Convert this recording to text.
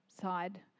side